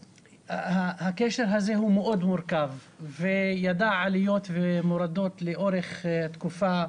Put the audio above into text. הקשר הזה הוא מאוד מורכב וידע עליות ומורדות לאורך תקופה